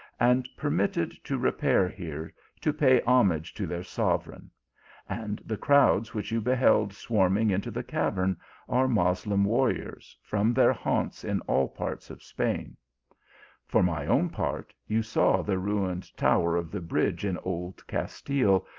and permitted to repair here to pay homage to their sovereign and the crowds which you beheld swarming into the cavern are moslem warriors from their haunts in all parts of spain for my own part, you saw the ruined tower of the bridge in old castile,